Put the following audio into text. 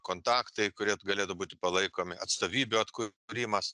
kontaktai kurie galėtų būti palaikomi atstovybių atkū rimas